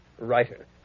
writer